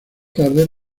tarde